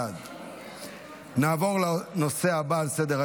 אין מתנגדים.